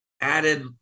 added